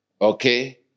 okay